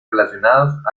relacionados